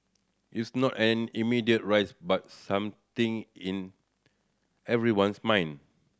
it's not an immediate risk but something in everyone's mind